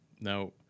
Now